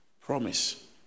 promise